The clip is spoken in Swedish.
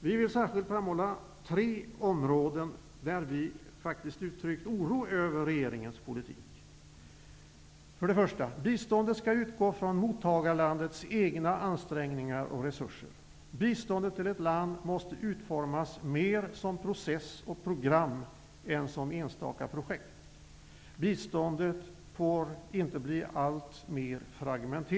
Vi vill särskilt framhålla tre områden där vi faktiskt uttryckt oro över regeringens politik. För det första skall biståndet utgå från mottagarlandets egna ansträngningar och resurser. Biståndet till ett land måste utformas mer som process och program än som enstaka projekt. Biståndet får inte bli alltmer fragmenterat.